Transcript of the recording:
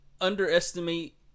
underestimate